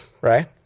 right